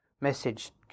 message